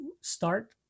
start